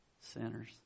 sinners